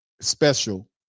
special